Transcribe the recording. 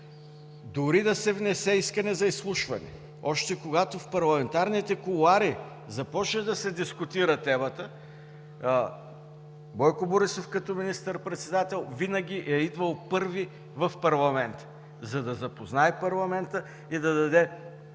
преди да се внесе искане за изслушване, още когато в парламентарните кулоари започне да се дискутира темата, Бойко Борисов като министър-председател винаги е идвал първи в парламента, за да го запознае, да даде обяснения